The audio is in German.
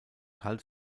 hals